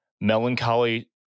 melancholy